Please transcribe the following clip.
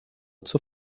zur